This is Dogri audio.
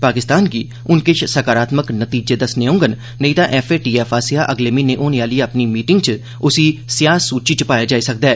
पाकिस्तान गी हून किश सकारात्मक नतीजे दस्सने होडन नेई तां एफएटीएफ आसेआ अगले म्हीने होने आह्ली अपनी मीटिंग च उसी स्याह् सूची च पाया जाई सकदा ऐ